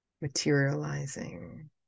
materializing